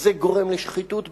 זה גורם לשחיתות במערכת,